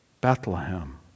Bethlehem